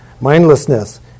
Mindlessness